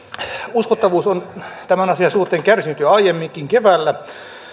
uskottavuus on tämän asian suhteen kärsinyt jo aiemminkin keväällä